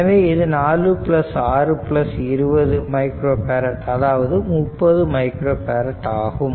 எனவே இது 4 6 20 micro farad அதாவது 30 மைக்ரோ ஃபேரட் ஆகும்